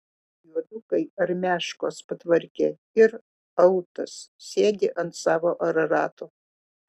juodukai armiaškos patvarkė ir autas sėdi ant savo ararato